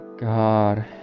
god